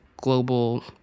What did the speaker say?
global